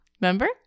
Remember